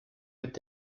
mit